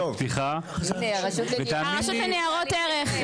תאמיני לי --- הרשות לניירות ערך,